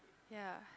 ya